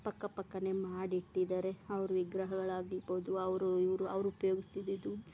ಪಕ್ಕ ಪಕ್ಕನೆ ಮಾಡಿಟ್ಟಿದರೆ ಅವ್ರ ವಿಗ್ರಹಗಳಾಗಿರ್ಬೋದು ಅವರು ಇವರು ಅವ್ರ ಉಪ್ಯೋಗಿಸ್ತಿದ್ದಿದ್ದು